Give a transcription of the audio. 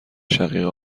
شقیقه